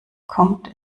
kommt